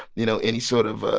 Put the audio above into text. you know, any sort of, ah